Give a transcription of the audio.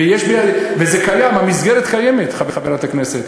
וזה קיים, המסגרת קיימת, חברת הכנסת.